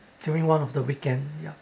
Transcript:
during one of the weekend yup